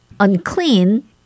unclean